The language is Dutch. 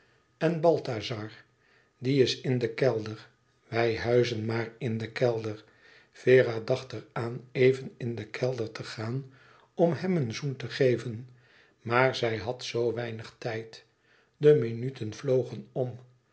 en balthazar die is in den kelder wij huizen maar in den kelder vera dacht er aan even in den kelder te gaan om hem een zoen te geven maar zij had zoo weinig tijd de minuten vlogen om